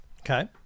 Okay